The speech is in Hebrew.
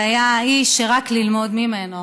והיה איש, רק ללמוד ממנו.